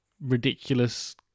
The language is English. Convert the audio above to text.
ridiculous